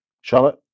Charlotte